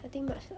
nothing much lah